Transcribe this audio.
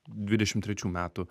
dvidešimt trečių metų